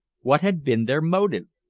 what had been their motive?